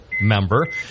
member